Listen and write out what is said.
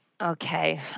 Okay